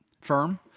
firm